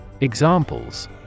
Examples